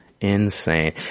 insane